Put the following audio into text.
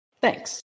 Thanks